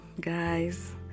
guys